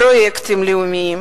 פרויקטים לאומיים